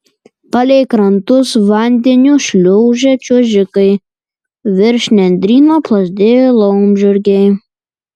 palei krantus vandeniu šliuožė čiuožikai virš nendryno plazdėjo laumžirgiai